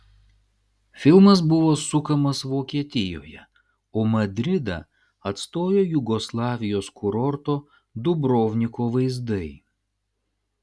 filmas buvo sukamas vokietijoje o madridą atstojo jugoslavijos kurorto dubrovniko vaizdai